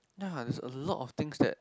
ya there's a lot of things that